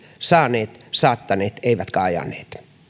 saaneet saattaneet eivätkä ajaneet